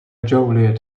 joliet